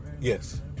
Yes